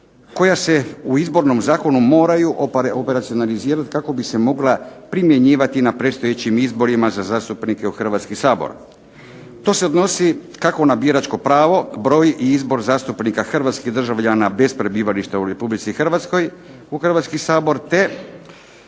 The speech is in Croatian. koja se u Izbornom zakonu moraju operacionalizirati kako bi se mogla primjenjivati na predstojećim izborima za zastupnike u Hrvatski sabor. To se odnosi kako na biračko pravo, broj i izbor zastupnika hrvatski državljana bez prebivališta u RH u Hrvatski sabor, te